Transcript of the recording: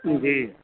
जी